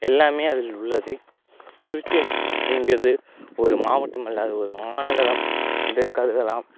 எல்லாமே அதில் உள்ளது திருச்சி என்கிறது ஒரு மாவட்டம் அல்ல அது ஒரு மாநகரம் என்றே கருதலாம்